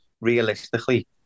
realistically